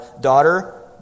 Daughter